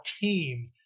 team